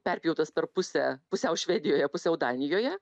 perpjautas per pusę pusiau švedijoje pusiau danijoje